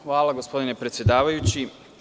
Hvala, gospodine predsedavajući.